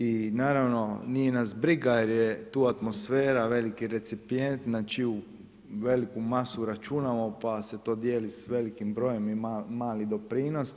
I naravno, nije nas briga jer je tu atmosfera veliki recipijent na čiju veliku masu računamo pa se to dijeli sa velikim brojem i mali doprinos.